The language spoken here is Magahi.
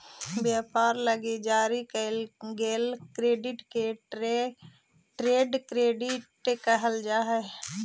व्यापार लगी जारी कईल गेल क्रेडिट के ट्रेड क्रेडिट कहल जा हई